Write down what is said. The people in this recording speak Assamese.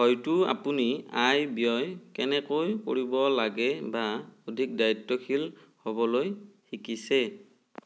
হয়তো আপুনি আয় ব্যয় কেনেকৈ কৰিব লাগে বা অধিক দায়িত্বশীল হ'বলৈ শিকিছে